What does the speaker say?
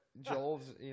Joel's